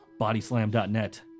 BodySlam.net